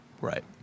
Right